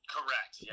Correct